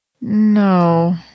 No